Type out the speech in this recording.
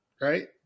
right